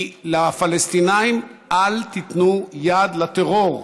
היא לפלסטינים: אל תיתנו יד לטרור,